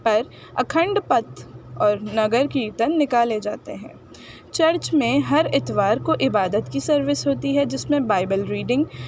پر اکھنڈ پتھ اور نگر کیرتن نکالے جاتے ہیں چرچ میں ہر اتوار کو عبادت کی سروس ہوتی ہے جس میں بائبل ریڈنگ